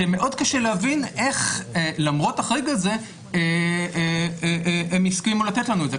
שמאוד קשה להבין איך למרות החריג הזה הם הסכימו לתת לנו את זה,